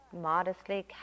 modestly